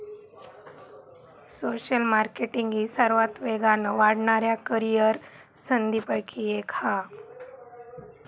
social marketing ही सर्वात वेगान वाढणाऱ्या करीअर संधींपैकी एक हा